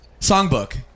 Songbook